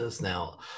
now